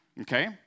Okay